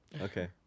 Okay